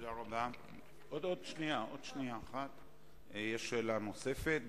יש שאלה נוספת,